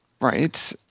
Right